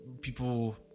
People